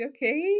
Okay